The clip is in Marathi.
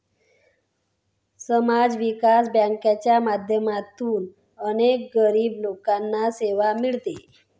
समाज विकास बँकांच्या माध्यमातून अनेक गरीब लोकांना सेवा मिळते